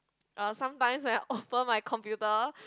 uh sometimes when I open my computer